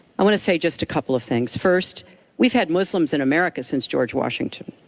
i want to say just a couple of things. first we've had muslims in america since george washington.